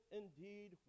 indeed